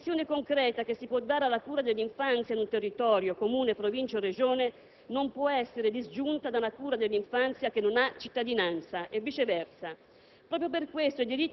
La più grande attenzione concreta che si può dare alla cura dell'infanzia in un territorio, Comune, Provincia o Regione, non può essere disgiunta da una cura dell'infanzia che non ha cittadinanza, e viceversa.